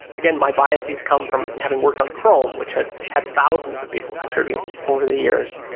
again, my biases come from having worked on chrome which had had thousands of people contribute over the years.